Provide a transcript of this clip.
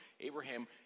Abraham